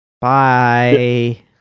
bye